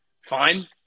fine